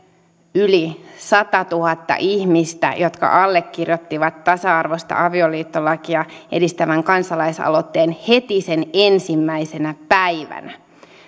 yli satatuhatta ihmistä jotka allekirjoittivat tasa arvoista avioliittolakia edistävän kansalaisaloitteen heti sen ensimmäisenä päivänä